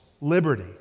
liberty